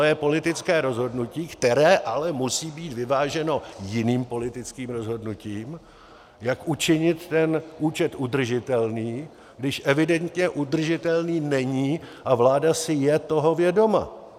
To je politické rozhodnutí, které ale musí být vyváženo jiným politickým rozhodnutím, jak učinit ten účet udržitelným, když evidentně udržitelný není, a vláda si je toho vědoma.